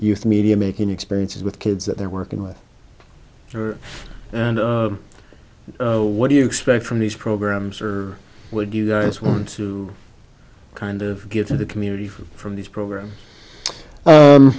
youth media making experiences with kids that they're working with and what do you expect from these programs or would you guys want to kind of get to the community from these programs